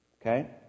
Okay